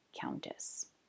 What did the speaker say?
countess